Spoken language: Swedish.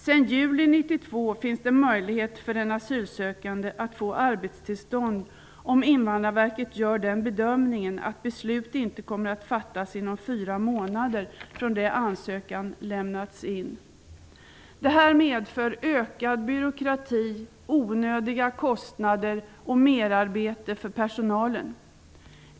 Sedan juli 1992 finns det möjlighet för en asylsökande att få arbetstillstånd, om Invandrarverket gör bedömningen att beslut inte kommer att fattas inom fyra månader från det ansökan lämnats in. Det här medför ökad byråkrati, onödiga kostnader och merarbete för personalen.